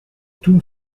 tout